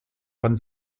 von